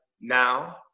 Now